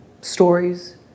stories